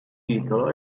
titolo